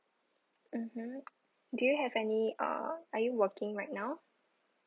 mmhmm do you have any uh are you working right now